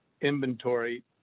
inventory